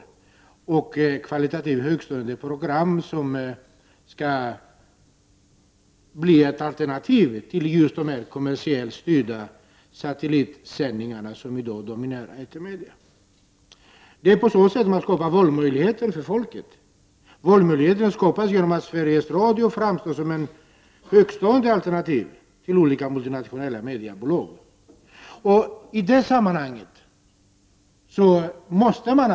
Det gäller alltså högtstående pro gram som skall utgöra ett alternativ till de kommersiellt styrda satellitsändningar som i dag dominerar etermedierna. På så sätt skapar man valmöjligheter för folket, genom att Sveriges Radios program framstår som ett högtstående alternativ i jämförelse med programmen från olika multinationella mediebolag.